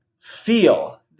feel